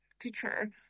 teacher